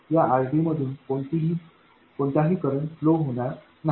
या RDमधून कोणतीही करंट फ्लो होणार नाही